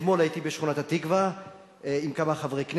ואתמול הייתי בשכונת התקווה עם כמה חברי כנסת,